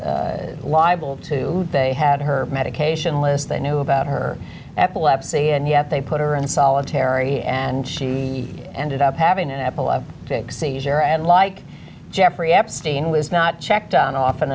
was liable to they had her medication list they knew about her epilepsy and yet they put her in solitary and she ended up having an epileptic seizure and like jeffrey epstein was not checked on often